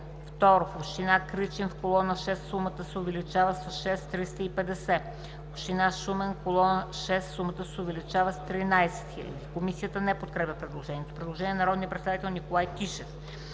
2. Община Каспичан – в колона 6 сумата се увеличава с „6 350,0. 3. Община Шумен – в колона 6 сумата се увеличава с „13 000,0“. Комисията не подкрепя предложението. Предложение на народния представител Николай Тишев: